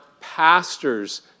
pastors